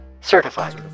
certified